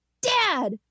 dad